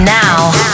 now